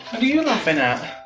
you you laughing at?